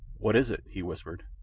what is it? he whispered.